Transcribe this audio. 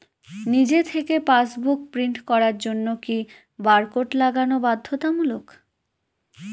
নিজে থেকে passbook print করার জন্য কি বারকোড লাগানো বাধ্যতামূলক?